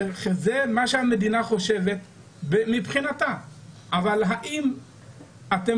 זה מה שהמדינה חושבת מבחינתה אבל האם אתם